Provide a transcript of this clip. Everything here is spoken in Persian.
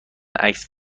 عکس